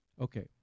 Okay